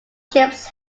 ships